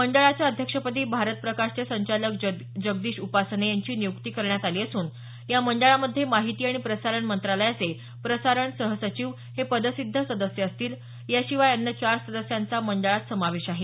मंडळाच्या अध्यक्षपदी भारत प्रकाशनचे संचालक जगदीश उपासने यांची नियुक्ती करण्यात आली असून या मंडळामध्ये माहिती आणि प्रसारण मंत्रालयाचे प्रसारण सहसचिव हे पदसिद्ध सदस्य असतील याशिवाय अन्य चार सदस्यांचा मंडळात समावेश आहे